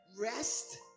rest